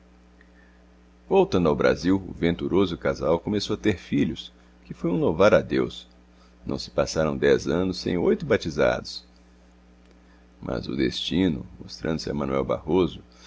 voltando ao brasil o venturoso casal começou a ter filhos que foi um louvar a deus não se passaram dez anos sem oito batizados mas o destino mostrando-se a manuel barroso